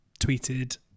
tweeted